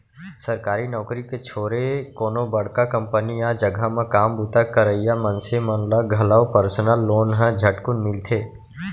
सरकारी नउकरी के छोरे कोनो बड़का कंपनी या जघा म काम बूता करइया मनसे मन ल घलौ परसनल लोन ह झटकुन मिलथे